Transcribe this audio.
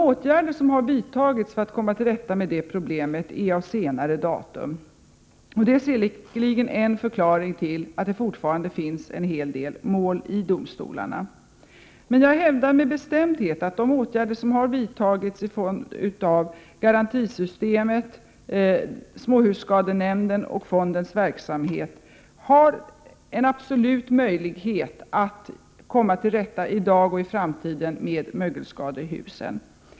Åtgärder som har vidtagits för att komma till rätta med detta problem är av senare datum. Det är säkerligen en förklaring till att det fortfarande finns en hel del mål i domstolarna. Jag hävdar dock med bestämdhet att man genom de åtgärder som har vidtagits i form av inrättandet av garantisystemet, småhusskadenämnden och fonden för avhjälpande av fuktoch mögelskador har en möjlighet att i dag och i framtiden komma till rätta med problemet med mögelskadade hus.